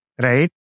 right